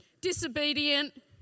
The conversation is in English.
Disobedient